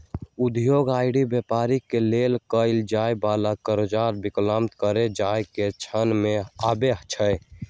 उद्योग आऽ व्यापार के लेल कएल जाय वला करजा वाणिज्यिक करजा के श्रेणी में आबइ छै